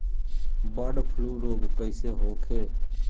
Bird flu रोग कईसे होखे?